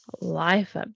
life